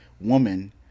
woman